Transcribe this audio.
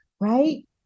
right